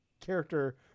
character